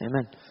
Amen